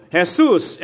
Jesus